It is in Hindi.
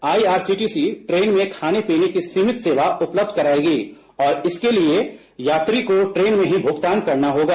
आईआरसीटीसी ट्रेन में खाने पीने की सीमित सेवा उपलब्ध कराएगी और इसके लिए यात्रियों को ट्रेन में ही भुगतान करना होगा